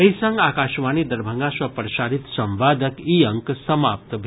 एहि संग आकाशवाणी दरभंगा सँ प्रसारित संवादक ई अंक समाप्त भेल